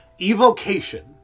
Evocation